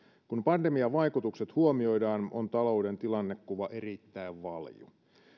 kun pandemian vaikutukset huomioidaan on talouden tilannekuva erittäin valju